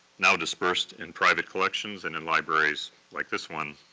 now dispersed in private collections and in libraries like this one.